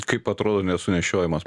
kaip atrodo nesunešiojamas